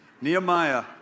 Nehemiah